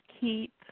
keep